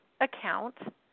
account